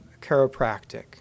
chiropractic